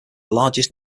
largest